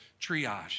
triage